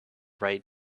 right